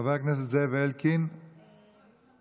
חבר הכנסת זאב אלקין, איננו.